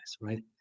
right